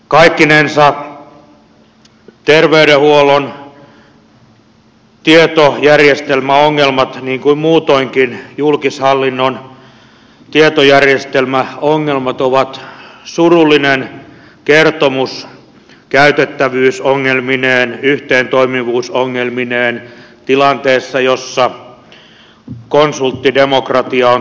kaikkinensa terveydenhuollon tietojärjestelmäongelmat niin kuin muutoinkin julkishallinnon tietojärjestelmäongelmat ovat surullinen kertomus käytettävyysongelmineen yhteentoimivuusongelmineen tilanteessa jossa konsulttidemokratia on toiminut